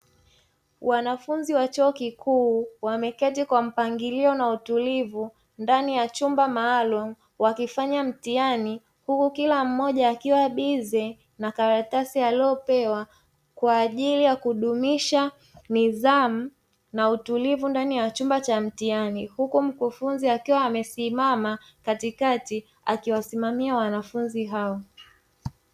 Wanafunzi wa chuo kikuu wameketi kwa mpangilio na utulivu ndani ya chumba maalumu wakifanya mtihani; huku kila mmoja akiwa bize na karatasi aliyopewa kwa ajili ya kudumisha nidhamu na utulivu ndani ya chumba cha mtihani, huku mkufunzi akiwa amesimama katikati akiwasimamia wanafunzi hao.